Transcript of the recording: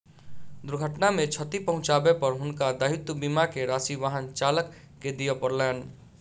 दुर्घटना मे क्षति पहुँचाबै पर हुनका दायित्व बीमा के राशि वाहन चालक के दिअ पड़लैन